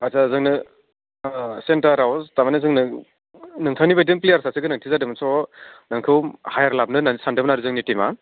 आत्सा जोंनो सेनटाराव थारमाने जोंनो नोंथांनि बादि प्लेयारनि सासे गोनांथि जादोंमोन स' नोंखौ हायार लाबोनो होन्नानै सानदोंमोन आरो जोंनि टिमा